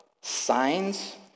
signs